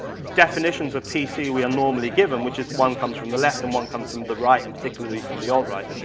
definitions of p c. we are normally given, which is one comes from the left and one comes the right, and particularly from the alt-right,